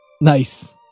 nice